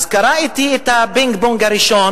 אז קראתי את הפינג-פונג הראשון,